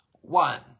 one